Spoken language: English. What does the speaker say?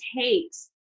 takes